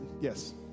yes